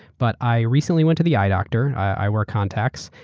but i recently went to the eye doctor, i wear contacts.